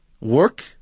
Work